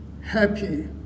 happy